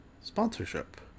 sponsorship